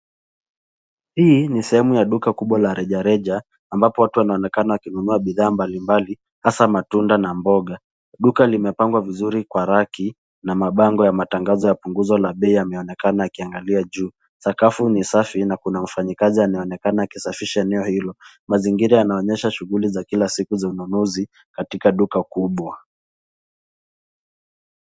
Hii ni sehemu ya duka kubwa la reja reja ambapo watu wanaonekana wakinunua bidhaa mbali mbali, hasa matunda na mboga. Duka limepangwa vizuri kwa raki na mabango ya matangazo ya punguzo la bei yameonekana yakiangalia juu. Sakafu ni safi na kuna mfanyikazi anayeonekana akisafisha eneo hilo. Mazingira yanaonyesha shughuli za kila siku za ununuzi katika duka kubwa.